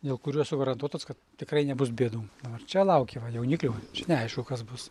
dėl kurių esu garantuotas kad tikrai nebus bėdų dabar čia lauki va jauniklių čia neaišku kas bus